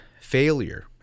failure